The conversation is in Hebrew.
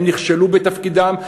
הם נכשלו בתפקידם.